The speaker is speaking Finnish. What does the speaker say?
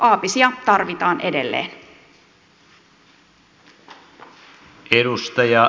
aapisia tarvitaan edelleen